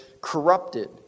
corrupted